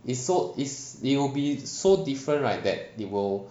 is so~ it will be so different right that it will